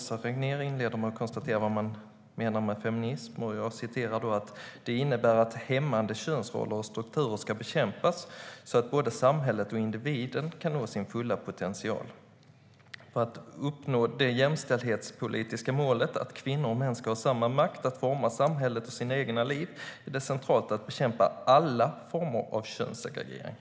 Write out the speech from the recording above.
Jag citerar ur interpellationssvaret: "Det innebär att hämmande könsroller och strukturer ska bekämpas, så att både samhälle och individ kan nå sin fulla potential. För att uppnå det jämställdhetspolitiska målet att kvinnor och män ska ha samma makt att forma samhället och sina egna liv är det centralt att bekämpa alla former av könssegregering."